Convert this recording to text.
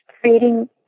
creating